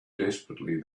desperately